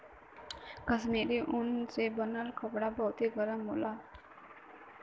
कश्मीरी ऊन से बनल कपड़ा बहुते गरम होला